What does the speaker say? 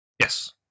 Yes